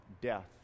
death